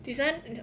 this one